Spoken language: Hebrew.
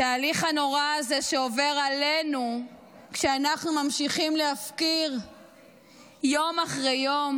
התהליך הנורא הזה שעובר עלינו כשאנחנו ממשיכים להפקיר יום אחרי יום,